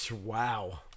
wow